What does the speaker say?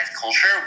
culture